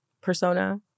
persona